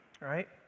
right